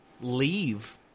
leave